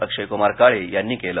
अक्षयक्मार काळे यांनी केलं